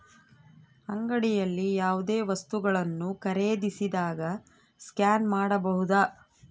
ಅಂಗಡಿಯಲ್ಲಿ ಯಾವುದೇ ವಸ್ತುಗಳನ್ನು ಖರೇದಿಸಿದಾಗ ಸ್ಕ್ಯಾನ್ ಮಾಡಬಹುದಾ?